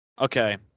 Okay